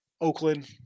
Oakland